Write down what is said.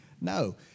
No